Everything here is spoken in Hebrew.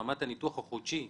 היא ברמת ניתוח חודשי.